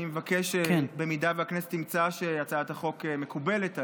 אני מבקש שאם הכנסת תמצא שהצעת החוק מקובלת עליה,